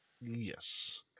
yes